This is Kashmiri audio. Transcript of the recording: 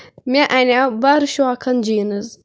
مےٚ اَنیو بَرٕ شوقن جیٖنٕز